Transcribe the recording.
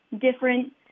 different